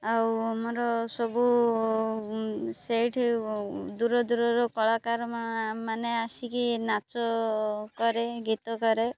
ଆଉ ଆମର ସବୁ ସେଇଠି ଦୂର ଦୂରର କଳାକାର ମାନେ ଆସିକି ନାଚ କରେ ଗୀତ କରେ